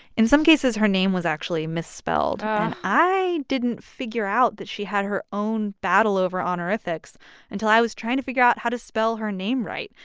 in some cases, her name was actually misspelled. and um i didn't figure out that she had her own battle over honorifics until i was trying to figure out how to spell her name right.